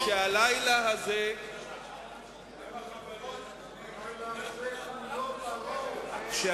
שהלילה הזה, מאוד מעניין, אנחנו יכולים לספר לך.